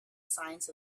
signs